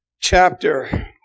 chapter